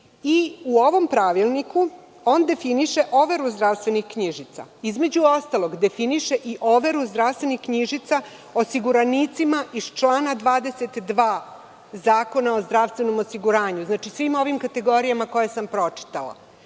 U ovom pravilniku on definiše overu zdravstvenih knjižica, između ostalog, definiše i overu zdravstvenih knjižica osiguranicima iz člana 22. Zakona o zdravstvenom osiguranju, znači, svim ovim kategorijama koje sam pročitala.